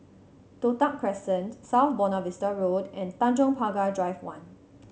Toh Tuck Crescent South Buona Vista Road and Tanjong Pagar Drive One